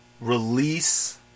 release